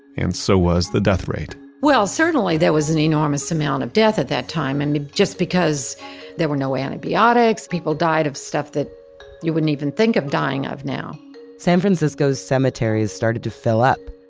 and so was the death rate well, certainly there was an enormous amount of death at that time, and just because there were no antibiotics, people died of stuff that you wouldn't even think of dying of now san francisco's cemeteries started to fill up,